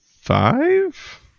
five